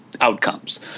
outcomes